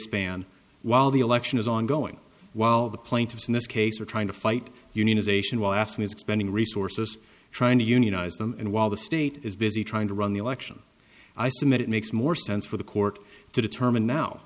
span while the election is ongoing while the plaintiffs in this case are trying to fight unionization while asking is spending resources trying to unionize them and while the state is busy trying to run the election i submit it makes more sense for the court to determine now